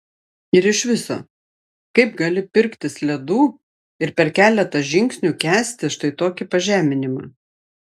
ir iš viso kaip gali pirktis ledų ir per keletą žingsnių kęsti štai tokį pažeminimą